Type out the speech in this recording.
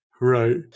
Right